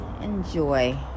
enjoy